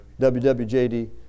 WWJD